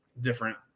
different